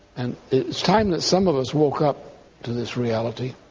and it's time that some of us woke up to this reality.